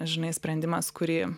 žinai sprendimas kurį